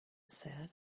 said